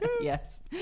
Yes